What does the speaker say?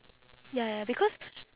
ya ya because